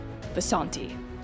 Vasanti